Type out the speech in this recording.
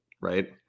right